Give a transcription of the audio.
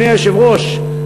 אדוני היושב-ראש,